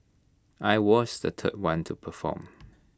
I was the third one to perform